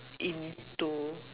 into